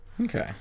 Okay